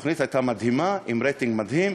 התוכנית הייתה מדהימה, עם רייטינג מדהים.